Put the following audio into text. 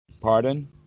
pardon